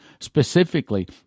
specifically